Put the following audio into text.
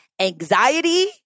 anxiety